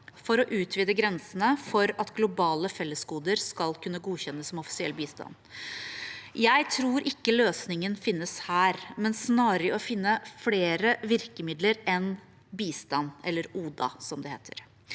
for å utvide grensene for at globale fellesgoder skal kunne godkjennes som offisiell bistand. Jeg tror ikke løsningen finnes her, men snarere i å finne flere virkemidler enn bistand – eller ODA, som det heter.